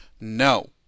No